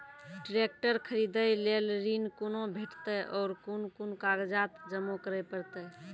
Tractor खरीदै लेल ऋण कुना भेंटते और कुन कुन कागजात जमा करै परतै?